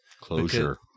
Closure